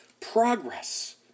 progress